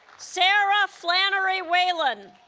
sarah flannery whelan